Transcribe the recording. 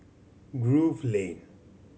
Grove Lane